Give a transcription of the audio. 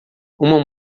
uma